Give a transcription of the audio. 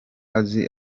azi